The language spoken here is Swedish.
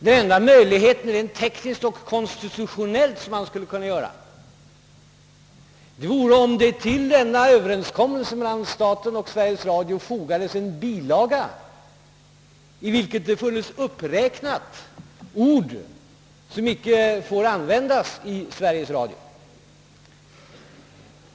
Den enda möjligheten, tekniskt och konstitutionellt, vore att till denna överenskommelse foga en bilaga, i vilken funnes uppräknade de ord som icke finge användas i radio och TV.